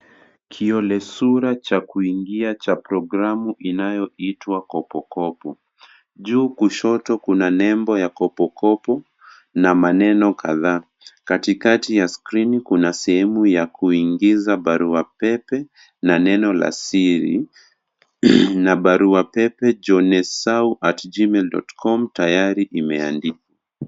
Kiolesura cha kuingia cha programu inayoitwa kopo kopo. Juu kushoto kuna nembo ya kopo kopo na maneno kadhaa. Katikati ya skrini kuna sehemu ya kuingiza barua pepe na neno la siri na barua pepe jonesou@gmail.com tayari imeandikwa.